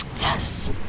Yes